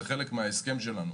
זה חלק מההסכם שלנו